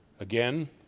Again